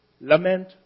lament